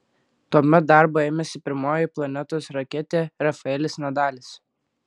tuomet darbo ėmėsi pirmoji planetos raketė rafaelis nadalis